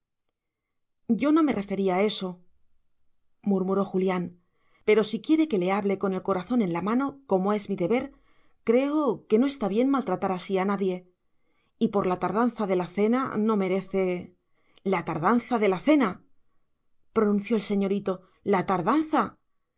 yo no me refería a eso murmuró julián pero si quiere que le hable con el corazón en la mano como es mi deber creo no está bien maltratar así a nadie y por la tardanza de la cena no merece la tardanza de la cena pronunció el señorito la tardanza